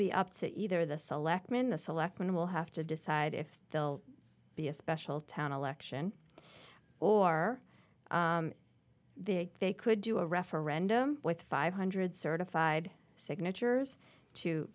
be up to either the selectmen the selectmen will have to decide if they'll be a special town election or they could do a referendum with five hundred certified signatures to